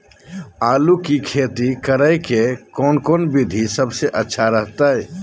आलू की खेती करें के कौन कौन विधि सबसे अच्छा रहतय?